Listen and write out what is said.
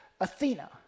Athena